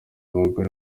abagore